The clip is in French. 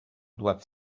doivent